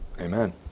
Amen